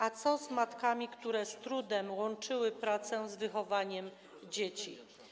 A co z matkami, które z trudem łączyły pracę z wychowywaniem dzieci?